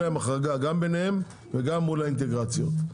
תהיה להם החרגה, גם ביניהם וגם מול האינטגרציות.